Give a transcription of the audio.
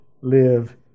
live